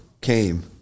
came